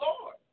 Lord